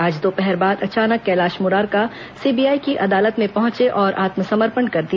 आज दोपहर बाद अचानक कैलाश मुरारका सीबीआई की अदालत में पहुंचे और आत्मसमर्पण कर दिया